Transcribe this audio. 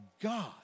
God